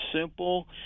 simple